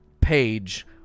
page